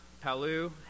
Palu